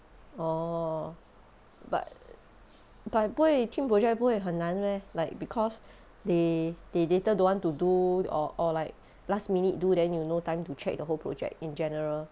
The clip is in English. orh but but 不会 team project 不会很难 meh like because they they later don't want to do or or like last minute do then you no time to check the whole project in general